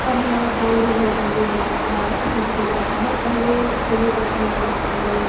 और हमारा काम भी बहुत जल्दी हो जाता है हो जाता है पहले चूल्हे पर खाना बनाते हुए